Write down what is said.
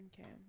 okay